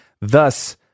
Thus